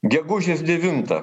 gegužės devinta